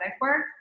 work